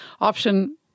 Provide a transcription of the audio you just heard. Option